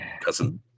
cousin